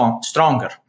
stronger